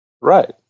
Right